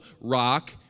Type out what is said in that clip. rock